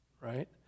right